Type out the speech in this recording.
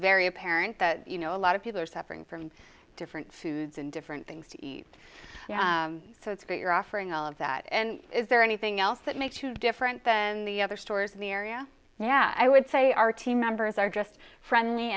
very apparent that you know a lot of people are suffering from different foods and different things to eat so it's great you're offering all of that and is there anything else that makes you different than the other stores in the area yeah i would say our team members are just friendly